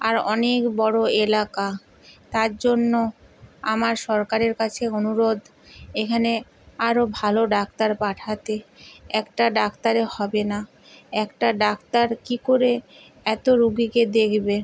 আর অনেক বড়ো এলাকা তার জন্য আমার সরকারের কাছে অনুরোধ এখানে আরো ভালো ডাক্তার পাঠাতে একটা ডাক্তারে হবে না একটা ডাক্তার কী করে এতো রুগীকে দেখবে